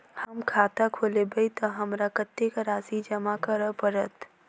हम खाता खोलेबै तऽ हमरा कत्तेक राशि जमा करऽ पड़त?